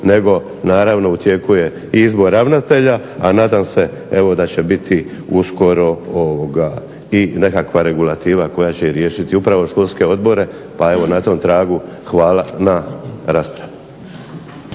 to naravno u tijeku je i izbor ravnatelja, a nadam se da će biti uskoro i nekakva regulativa koja će riješiti upravo školske odbora, pa evo na tom tragu hvala na raspravi.